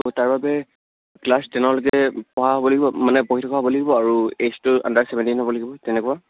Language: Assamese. তো তাৰ বাবে ক্লাছ টেনলৈকে পঢ়া হ'ব লাগিব মানে পঢ়ি থকা হ'ব লাগিব আৰু এইজটো আণ্ডাৰ ছেভেণ্টিন হ'ব লাগিব তেনেকুৱা